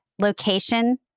Location